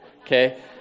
Okay